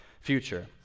future